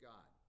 God